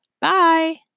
Bye